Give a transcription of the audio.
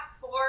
four